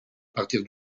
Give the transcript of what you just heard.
partir